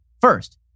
first